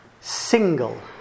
Single